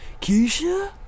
Keisha